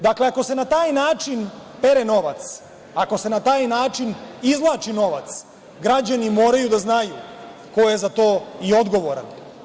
Dakle, ako se na taj način pere novac, ako se na taj način izvlači novac, građani moraju da znaju ko je za to i odgovoran.